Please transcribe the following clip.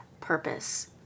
purpose